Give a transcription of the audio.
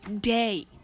day